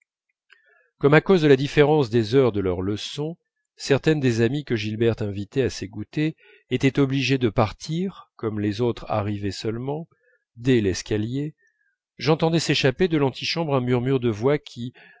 comme à cause de la différence des heures de leurs leçons certaines des amies que gilberte invitait à ces goûters étaient obligées de partir comme les autres arrivaient seulement dès l'escalier j'entendais s'échapper de l'antichambre un murmure de voix qui